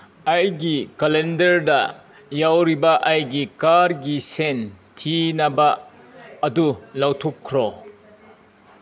ꯑꯩꯒꯤ ꯀꯂꯦꯟꯗꯔꯗ ꯌꯥꯎꯔꯤꯕ ꯑꯩꯒꯤ ꯀꯥꯔꯒꯤ ꯁꯦꯟ ꯊꯤꯅꯕ ꯑꯗꯨ ꯂꯧꯊꯣꯛꯈ꯭ꯔꯣ